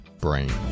brain